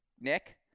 Nick